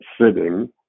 sitting